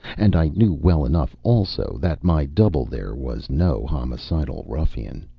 and i knew well enough also that my double there was no homicidal ruffian.